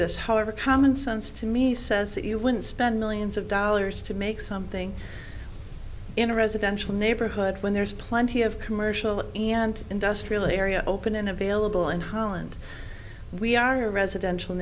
this however common sense to me says that you wouldn't spend millions of dollars to make something in a residential neighborhood when there is plenty of commercial and industrial area open and available in holland we are a residential